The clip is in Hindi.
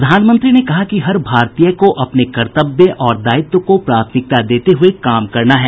प्रधानमंत्री ने कहा कि हर भारतीय को अपने कर्तव्य और दायित्व को प्राथमिकता देते हुये काम करना है